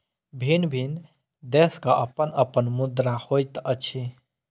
भिन्न भिन्न देशक अपन अपन मुद्रा होइत अछि